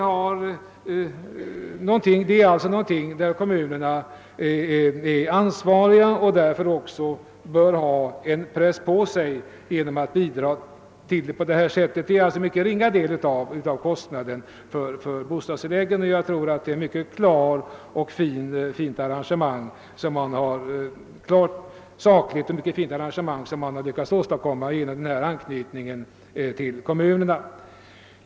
Kommunerna är alltså ansvariga härvidlag och de bör därför också ha en press på sig genom dessa bidrag. Jag tror att man här har lyckats åstadkomma ett mycket fint arrangemang genom anknytningen till kommunerna.